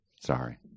sorry